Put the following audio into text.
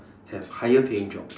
have higher paying jobs